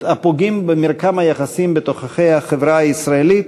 הפוגעים במרקם היחסים בתוככי החברה הישראלית,